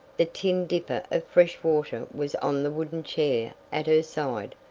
the tin dipper of fresh water was on the wooden chair at her side.